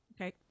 Okay